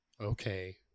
okay